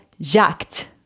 jacked